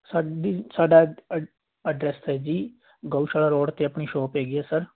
ਸਾਡੀ ਸਾਡਾ ਐ ਐਡਰੈਸ ਹੈ ਜੀ ਗਊਸ਼ਾਲਾ ਰੋਡ 'ਤੇ ਆਪਣੀ ਸ਼ੋਪ ਹੈਗੀ ਹੈ ਸਰ